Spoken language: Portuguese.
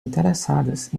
interessadas